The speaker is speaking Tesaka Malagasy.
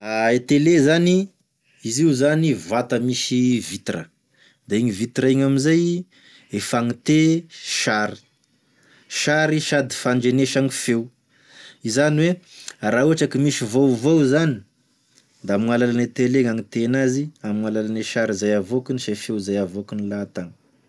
Ah e tele zany, izy io zany vata misy vitre, da igny vitre iny amizay e fagnite sary, sary sady fandrenesagny feo, izany oe raha ohatry ka misy vaovao zany da amign'alalane tele gn'agnite anazy amign'alalane sary zay avôkany sy feo zay avôkany lahatagny.